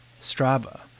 Strava